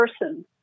person